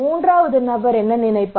மூன்றாவது நபர் நினைக்கலாம்